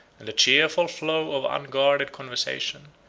and the cheerful flow of unguarded conversation,